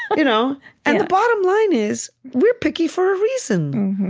you know and the bottom line is, we're picky for a reason.